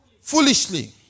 foolishly